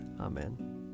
Amen